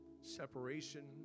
separation